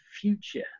future